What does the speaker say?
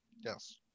yes